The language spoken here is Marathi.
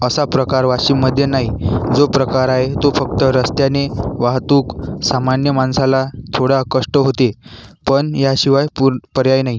असा प्रकार वाशिममध्ये नाही जो प्रकार आहे तो फक्त रस्त्याने वाहतूक सामान्य माणसाला थोडे कष्ट होते पण याशिवाय पूर पर्याय नाही